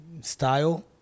style